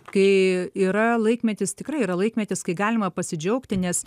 kai yra laikmetis tikrai yra laikmetis kai galima pasidžiaugti nes